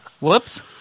whoops